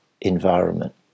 environment